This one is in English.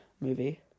movie